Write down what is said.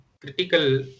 critical